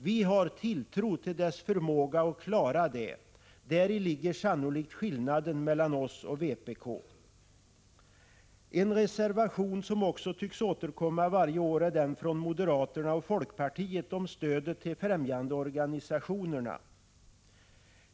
Vi har tilltro till dess förmåga att klara det. Däri ligger sannolikt skillnaden mellan oss och vpk. En reservation som också tycks återkomma varje år är den från moderater na och folkpartiet om stödet till fträmjandeorganisationerna.